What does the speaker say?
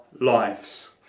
lives